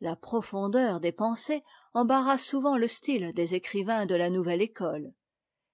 la profondeur des pensées embarrasse souvent le style des écrivains de la nouvelle école